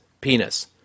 penis